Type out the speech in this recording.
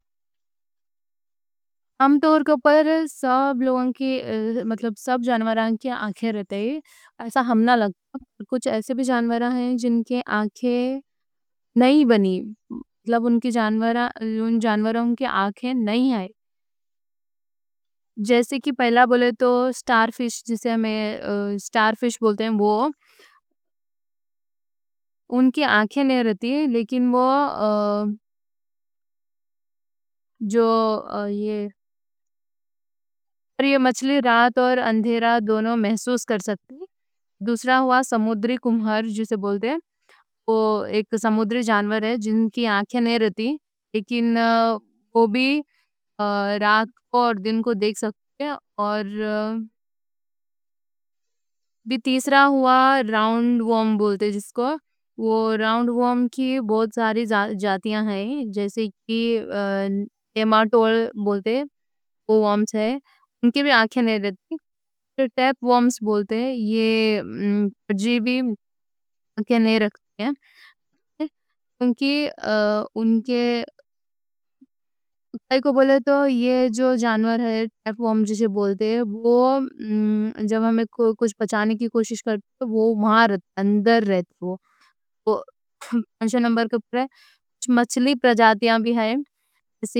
ہم تو سب لوگوں کے مطلب سب جانوراں کی آنکھیں رہتی ہیں، ایسا ہمنا نئیں لگتا۔ کچھ ایسے بھی جانوراں ہیں جن کی آنکھیں نہیں بنی، مطلب ان جانوراں کے آنکھیں نہیں آئیں، جیسے کی پہلا۔ بولے تو اسٹار فِش بولتے ہیں، وہ ان کی آنکھیں نہیں رہتی لیکن وہ جو۔ یہ مچھلی رات اور اندھیرا دونوں محسوس کر سکتی ہے۔ دوسرا ہوا، سمندری کیوکمبر جسے بولتے ہیں، وہ ایک سمندری جانور ہے، جس کی آنکھیں نہیں رہتی لیکن وہ بھی رات کوں اور دن کوں دیکھ سکتے ہیں۔ ہیں، اور تیسرا ہوا راؤنڈ وُرم بولتے ہیں جس کو، وہ راؤنڈ۔ ورم کی بہت ساری جاتیاں ہیں، جیسے کی۔ نیماٹوڈ بولتے ہیں، وہ بھی آنکھیں نہیں رہتی۔ تو ٹیپ ورمز بولتے ہیں، وہ بھی آنکھیں نہیں رکھتے ہیں، کی ان کے وہ سائیڈ کوں بولے تو یہ جو جانور ہیں۔ جب ہمیں کچھ پچانے کی کوشش کرتے ہیں وہ وہاں رہتے ہیں۔ اندر رہتے ہیں، کچھ مچھلی پرجاتیاں بھی ہیں۔